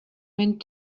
mint